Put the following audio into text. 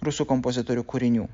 rusų kompozitorių kūrinių